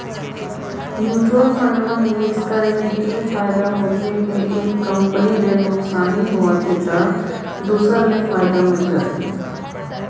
mutual fund म निवेस करे ले ए फायदा होथे के एक कंपनी ले नुकसानी होवत हे त दूसर ले फायदा मिल जाथे